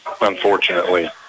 unfortunately